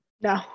no